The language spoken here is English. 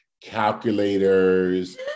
calculators